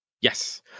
Yes